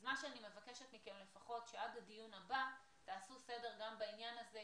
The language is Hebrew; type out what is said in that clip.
לכן אני מבקשת מכם שעד הדיון הבא לפחות תעשו סדר גם בעניין הזה,